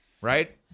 right